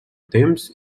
temps